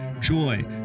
joy